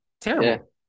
terrible